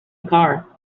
car